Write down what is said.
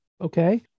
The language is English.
okay